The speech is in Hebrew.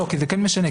זה כן משנה,